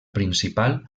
principal